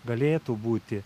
galėtų būti